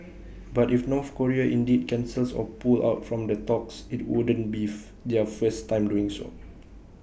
but if North Korea indeed cancels or pull out from the talks IT wouldn't beef their first time doing so